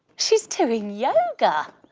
she's doing yoga.